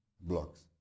blocks